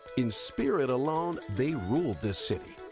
in spirit alone they ruled this city.